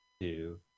two